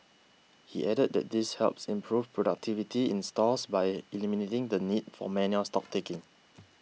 he added that this helps improve productivity in stores by eliminating the need for manual stock taking